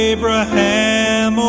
Abraham